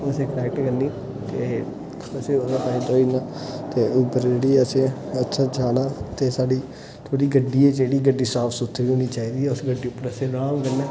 ओह् असें कलेक्ट करनी ते ओह्दा असेंगी फायदा होई जाना ते उबर जेह्ड़ी ऐ असें जेच जाना ते साढ़ी थोह्ड़ी गड्डी ऐ जेह्ड़ी गड्डी साफ सुथरी होनी चाहिदी उस गड्डी उप्पर असें अराम कन्नै